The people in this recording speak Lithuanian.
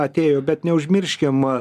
atėjo bet neužmirškim